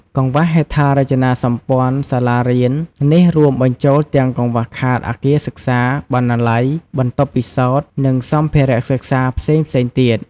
កង្វះហេដ្ឋារចនាសម្ព័ន្ធសាលារៀននេះរួមបញ្ចូលទាំងកង្វះខាតអគារសិក្សា បណ្ណាល័យ បន្ទប់ពិសោធន៍ និងសម្ភារៈសិក្សាផ្សេងៗទៀត។